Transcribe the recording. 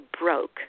broke